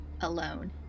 Alone